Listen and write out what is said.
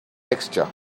texture